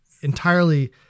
entirely